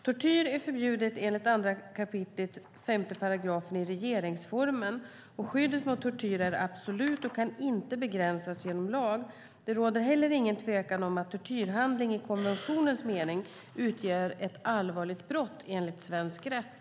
Tortyr är förbjudet enligt 2 kap. 5 § regeringsformen. Skyddet mot tortyr är absolut och kan inte begränsas genom lag. Det råder heller ingen tvekan om att en tortyrhandling i konventionens mening utgör ett allvarligt brott enligt svensk rätt.